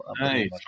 Nice